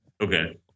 Okay